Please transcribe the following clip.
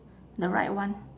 the right one